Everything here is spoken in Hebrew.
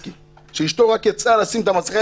שאישתו רק יצאה לשים את מסכה,